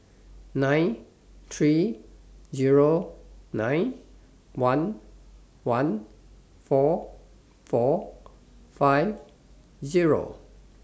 nine three Zero nine one one four four five Zero